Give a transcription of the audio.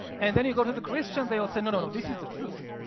and then you go to the christians, they all say no, no, no, this is the truth.